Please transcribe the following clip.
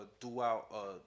throughout